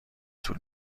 طول